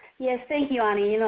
yes, thank you annie. you know